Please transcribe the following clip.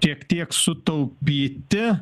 šiek tiek sutaupyti